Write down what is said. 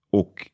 och